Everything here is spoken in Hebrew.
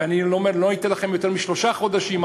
ואני אומר: לא אתן לכם יותר משלושה חודשים,